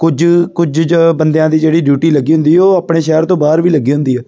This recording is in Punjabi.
ਕੁਝ ਕੁਝ ਜੋ ਬੰਦਿਆਂ ਦੀ ਜਿਹੜੀ ਡਿਊਟੀ ਲੱਗੀ ਹੁੰਦੀ ਉਹ ਆਪਣੇ ਸ਼ਹਿਰ ਤੋਂ ਬਾਹਰ ਵੀ ਲੱਗੀ ਹੁੰਦੀ ਆ